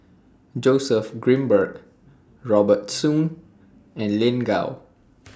Joseph Grimberg Robert Soon and Lin Gao